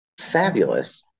Fabulous